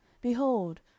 Behold